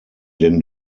denn